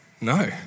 No